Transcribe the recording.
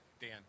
Dan